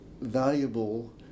valuable